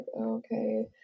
okay